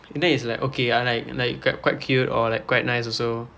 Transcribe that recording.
and then it's like okay ah like like qu~ quite cute or like quite nice also